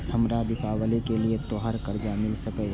हमरा दिवाली के लिये त्योहार कर्जा मिल सकय?